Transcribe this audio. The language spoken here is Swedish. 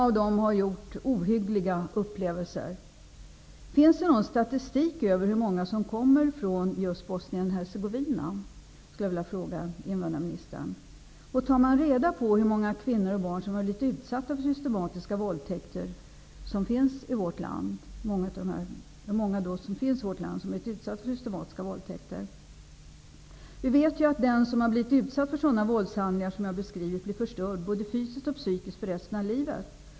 Jag skulle vilja fråga invandrarministern om det finns någon statistik över hur många som kommer från just Bosnien Hercegovina. Tar man reda på hur många av de kvinnor och barn som finns i vårt land som blivit utsatta för systematiska våldtäkter? Vi vet ju att den som blivit utsatt för sådana våldshandlingar som jag har beskrivit blir förstörd både fysiskt och psykiskt för resten av livet.